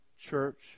church